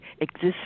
exists